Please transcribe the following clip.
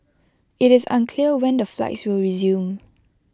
IT is unclear when the flights will resume